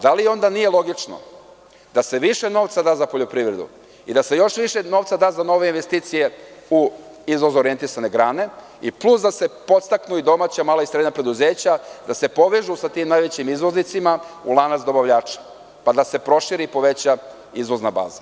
Da li onda nije logično da se više novca da za poljoprivredu i da se još više novca da za nove investicije u izvozno orijentisane grane i plus da se podstaknu i domaća i srednja preduzeća, da se povežu sa tim najvećim izvoznicima u lanac dobavljača, pa da se proširi i poveća izvozna baza?